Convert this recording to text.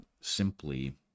simply